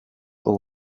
all